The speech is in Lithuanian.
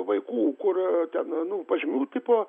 vaikų kur ten nu pažymių tipo